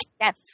Yes